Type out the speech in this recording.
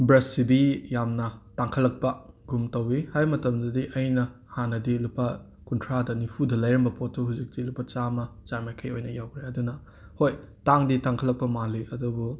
ꯕ꯭ꯔꯁꯁꯤꯗꯤ ꯌꯥꯝꯅ ꯇꯥꯡꯈꯂꯛꯄꯥ ꯒꯨꯝ ꯇꯧꯋꯤ ꯍꯥꯏ ꯃꯇꯝꯗꯗꯤ ꯑꯩꯅ ꯍꯥꯟꯅꯗꯤ ꯂꯨꯄꯥ ꯀꯨꯟꯊ꯭ꯔꯥꯗ ꯅꯤꯐꯨꯗ ꯂꯧꯔꯝꯕ ꯄꯣꯠꯇꯣ ꯍꯨꯖꯤꯛꯇꯤ ꯂꯨꯄꯥ ꯆꯥꯝꯃ ꯆꯥꯝꯌꯥꯡꯈꯩ ꯑꯣꯏꯅ ꯌꯧꯈ꯭ꯔꯦ ꯑꯗꯨꯅ ꯍꯣꯏ ꯇꯥꯡꯗꯤ ꯇꯥꯡꯈꯠꯂꯛꯄ ꯃꯥꯜꯂꯤ ꯑꯗꯨꯕꯨ